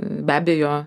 be abejo